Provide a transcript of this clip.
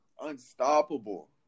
unstoppable